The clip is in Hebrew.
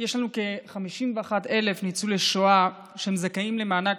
יש לנו כ-51,000 ניצולי שואה שזכאים למענק